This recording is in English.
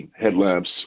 headlamps